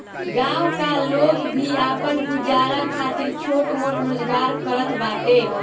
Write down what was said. गांव का लोग भी आपन गुजारा खातिर छोट मोट रोजगार करत बाटे